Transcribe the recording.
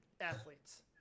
athletes